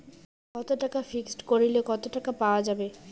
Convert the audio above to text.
কত টাকা ফিক্সড করিলে কত টাকা পাওয়া যাবে?